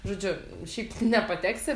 žodžiu šiaip nepateksi